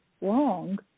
wrong